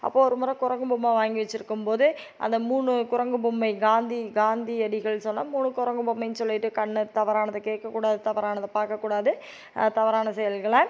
அப்போது ஒரு முறை குரங்கு பொம்மை வாங்கி வச்சிருக்கும் போது அந்த மூணு குரங்கு பொம்மை காந்தி காந்தியடிகள் சொன்ன மூணு குரங்கு பொம்மைனு சொல்லிட்டு கண்ணு தவறானதை கேட்கக்கூடாது தவறானதை பார்க்கக்கூடாது தவறான செயல்களை